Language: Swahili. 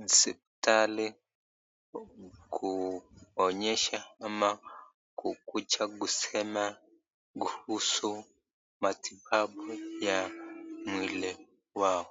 hospitali kuonyesha ama kukuja kusema kuhusu matibabu ya mwili wao.